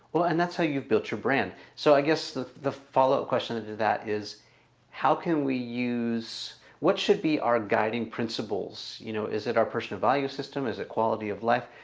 well, and that's how you've built your brand. so i guess the the follow-up question to to that is how can we use what should be our guiding principles, you know, is it our personal value system as a quality of life?